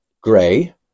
gray